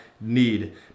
need